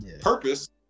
purpose